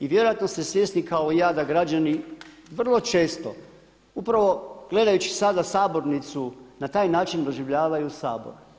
I vjerojatno ste svjesni kao i ja da građani vrlo često upravo gledajući sada sabornicu na taj način doživljavaju Sabor.